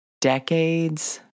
decades